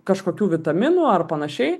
kažkokių vitaminų ar panašiai